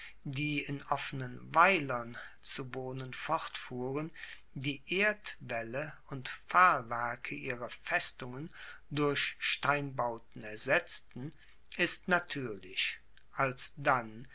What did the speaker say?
die in offenen weilern zu wohnen fortfuhren die erdwaelle und pfahlwerke ihrer festungen durch steinbauten ersetzten ist natuerlich als